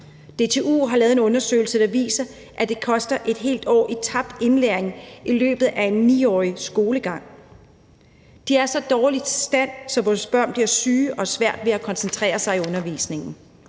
DTU har lavet en undersøgelse, der viser, at det koster et helt år i tabt indlæring i løbet af en 9-årig skolegang. De er i en så dårlig stand, at vores børn bliver syge og har svært ved at koncentrere sig i undervisningen.